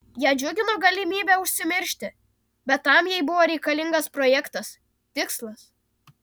ją džiugino galimybė užsimiršti bet tam jai buvo reikalingas projektas tikslas